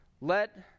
let